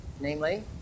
namely